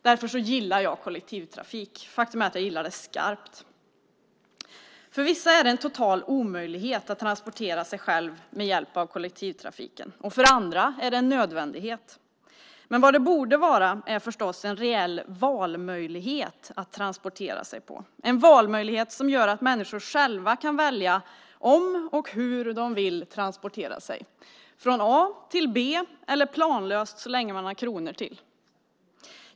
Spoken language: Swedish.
Därför gillar jag kollektivtrafik. Faktum är att jag gillar det skarpt. För vissa är det en total omöjlighet att transportera sig själv med hjälp av kollektivtrafiken och för andra en nödvändighet. Vad det borde vara är förstås en reell valmöjlighet att transportera sig. Det ska vara en valmöjlighet så att människor själva kan välja om och hur de vill transportera sig - från A till B eller planlöst så länge man har kronor till det.